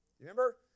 Remember